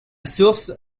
source